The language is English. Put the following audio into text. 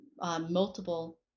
multiple